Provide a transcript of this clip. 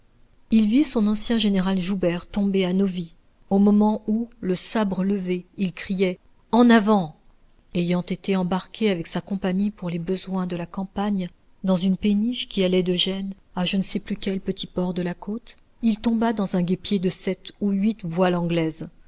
il vit son ancien général joubert tomber à novi au moment où le sabre levé il criait en avant ayant été embarqué avec sa compagnie pour les besoins de la campagne dans une péniche qui allait de gênes à je ne sais plus quel petit port de la côte il tomba dans un guêpier de sept ou huit voiles anglaises